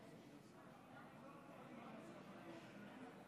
של חברת הכנסת אורלי לוי